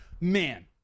Man